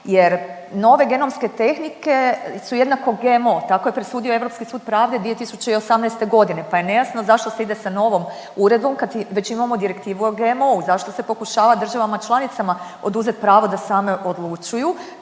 jer nove genomske tehnike su jednako GMO tako je presudio Europski sud pravde 2018. godine pa je nejasno zašto se ide sa novom uredbom kad već imamo Direktivu o GMO-u, zašto se pokušava državama članicama oduzeti pravo da same odlučuju